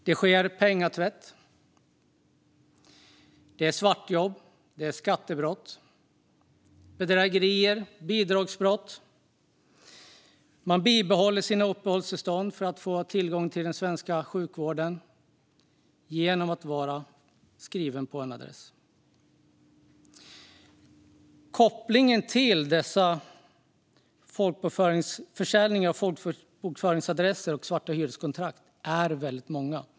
Det sker penningtvätt, svartjobb, skattebrott, bedrägerier och bidragsbrott. Man bibehåller sina uppehållstillstånd för att ha tillgång till den svenska sjukvården genom att vara skriven på en adress. Kopplingarna till försäljningen av folkbokföringsadresser och svarta hyreskontrakt är väldigt många.